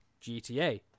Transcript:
gta